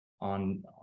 on